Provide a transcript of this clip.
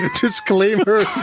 disclaimer